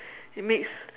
it makes